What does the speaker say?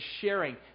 sharing